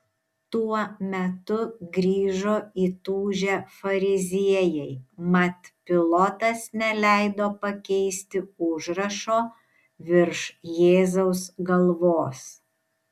tuo metu grįžo įtūžę fariziejai mat pilotas neleido pakeisti užrašo virš jėzaus galvos